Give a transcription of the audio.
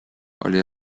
oli